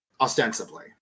ostensibly